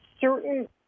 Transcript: certain